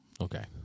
okay